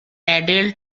adele